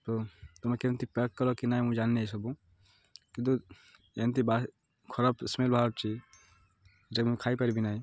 ତ ତମେ କେମିତି ପ୍ୟାକ୍ କଲ କି ନହିଁ ମୁଁ ଜାଣିନି ଏସବୁ କିନ୍ତୁ ଏମିତି ଖରାପ ସ୍ମେଲ୍ ବାହାରୁଛି ଯେ ମୁଁ ଖାଇପାରିବି ନାହିଁ